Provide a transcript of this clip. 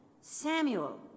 Samuel